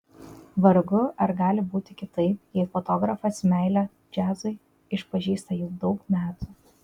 vargu ar gali būti kitaip jei fotografas meilę džiazui išpažįsta jau daug metų